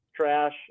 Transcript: trash